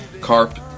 Carp